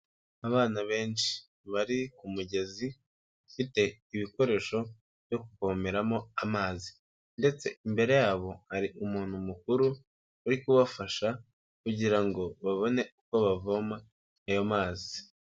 Abana benshi bari ku mugezi ufite ibikoresho byo kuvomo amazi ndetse imbere yabo hari umuntu mukuru, uri kubafasha kugira ngo babone uko bavoma ayo mazi.